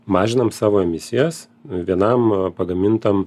mažinam savo emisijas vienam pagamintam